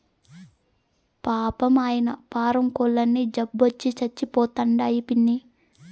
పాపం, ఆయన్న పారం కోల్లన్నీ జబ్బొచ్చి సచ్చిపోతండాయి పిన్నీ